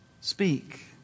speak